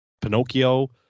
pinocchio